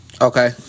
okay